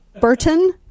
Burton